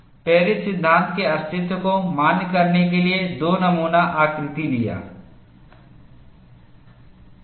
Paris सिद्धांत के अस्तित्व को मान्य करने के लिए दो नमूना आकृति लिए गए हैं